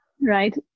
right